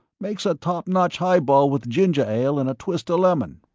makes a topnotch highball with ginger ale and a twist of lemon.